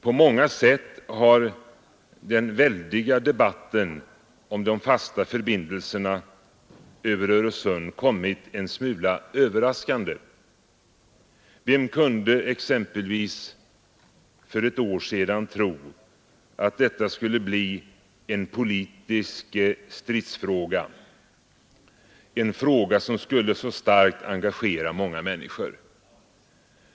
På många sätt har den väldiga debatten om de fasta förbindelserna över Öresund kommit en smula överraskande. Vem kunde exempelvis för ett år sedan tro att detta skulle bli en politisk stridsfråga, en fråga som skulle så starkt engagera många människor?